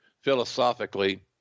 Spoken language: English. philosophically